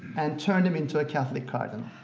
and turned him into a catholic cardinal.